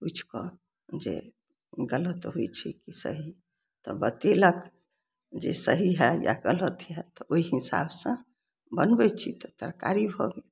पुछिकऽ जे गलत होइ छै कि सही तऽ बतेलक जे सही हइ यऽ गलत हइ तऽ ओइ हिसाबसँ बनबय छी तऽ तरकारी भऽ गेल